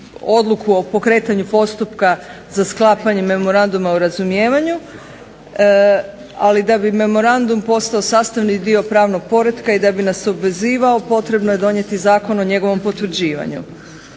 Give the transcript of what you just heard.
o pokretanju postupka za sklapanje Memoranduma o razumijevanju, ali da bi Memorandum postao sastavni dio pravnog poretka i da bi nas obvezivao potrebno je donijeti Zakon o njegovom potvrđivanju.